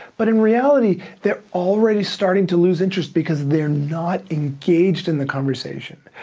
but in reality they're already starting to lose interest because they're not engaged in the conversation.